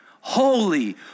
Holy